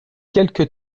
quelque